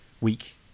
week